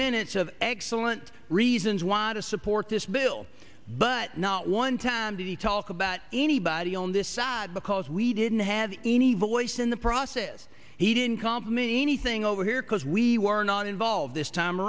minutes of excellent reasons want to support this bill but not one time did he talk about anybody on this side because we didn't have any voice in the process he didn't complement anything over here because we were not involved this time